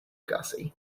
gussie